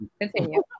continue